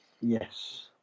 Yes